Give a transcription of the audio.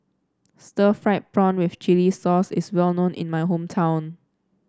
Stir Fried Prawn with Chili Sauce is well known in my hometown